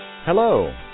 Hello